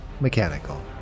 mechanical